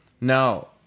No